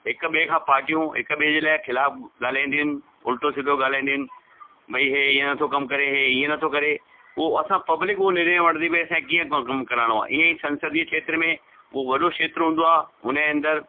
हिक ॿिए खां पार्टियूं हिक ॿिए जे लाइ ख़िलाफ़ु ॻाल्हाईंदियूं आहिनि उलिटो सिधो ॻाल्हाईंदियूं आहिनि भई इहे हीअं नथो कम करे इहे ईंअ नथो करे उहो असां पब्लिक उहो निर्णय वठंदी भई कीअं को कमु कराइणो आहे ईअं ई संसदीअ खेत्र में उहो वॾो खेत्र हूंदो आहे हुन जे अंदरु